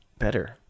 better